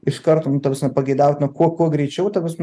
iš karto nu ta prasme pageidautina kuo kuo greičiau ta prasme